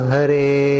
Hare